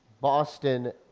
Boston